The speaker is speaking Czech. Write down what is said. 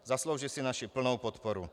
Zaslouží si naši plnou podporu.